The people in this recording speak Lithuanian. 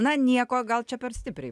na nieko gal čia per stipriai